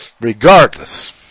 Regardless